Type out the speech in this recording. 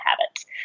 habits